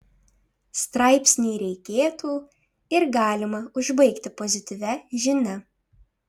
straipsnį reikėtų ir galima užbaigti pozityvia žinia